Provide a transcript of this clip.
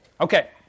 Okay